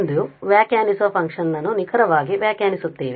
ಎಂದು ವ್ಯಾಖ್ಯಾನಿಸುವ ಫಂಕ್ಷನ್ ನನ್ನು ನಿಖರವಾಗಿ ವ್ಯಾಖ್ಯಾನಿಸುತ್ತೇವೆ